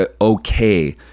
okay